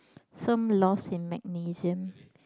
some loss in magnesium